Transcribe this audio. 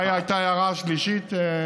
מה הייתה ההערה השלישית?